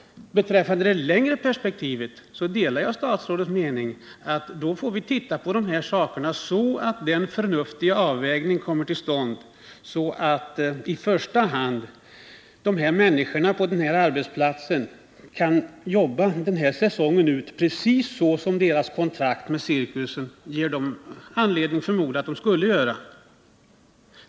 Beträffande det längre perspektivet delar jag statsrådets mening att vi får se på de här frågorna så att en förnuftig avvägning kommer till stånd och så att människorna på den här arbetsplatsen i första hand kan jobba den här säsongen ut — precis som deras kontrakt med cirkusen ger dem anledning att förmoda att de skulle göra.